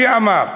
מי אמר?